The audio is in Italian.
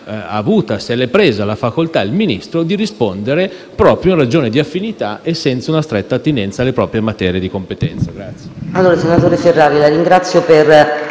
avuto e si è preso la facoltà di rispondere, proprio in ragione di affinità e senza una stretta attinenza alle proprie materie di competenza.